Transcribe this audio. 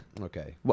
okay